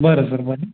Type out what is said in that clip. बरं